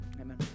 Amen